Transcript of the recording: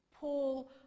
Paul